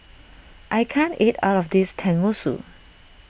I can't eat all of this Tenmusu